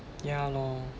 ya lor